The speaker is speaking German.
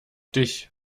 dich